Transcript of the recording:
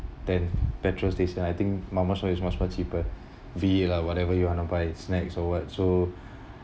than petrol station I think mamak shop is much more cheaper lah whatever you want to buy snacks or what so